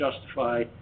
justify